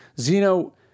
Zeno